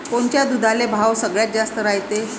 कोनच्या दुधाले भाव सगळ्यात जास्त रायते?